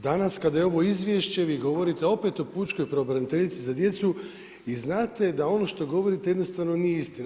Danas kada je ovo izvješće vi govorite opet o pučkoj pravobraniteljici za djecu i znate da ono što govorite jednostavno nije istina.